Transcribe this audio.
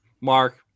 Mark